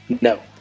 No